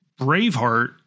Braveheart